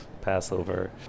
Passover